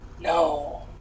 no